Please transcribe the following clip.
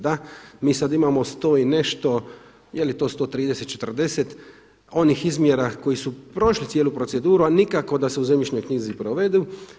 Da, mi sada imamo 100 i nešto jeli to 130, 140 onih izmjera koji su prošli cijelu proceduru, a nikako da se u zemljišnoj knjizi provedu.